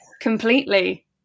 completely